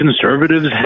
conservatives